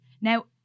Now